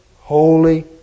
holy